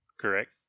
correct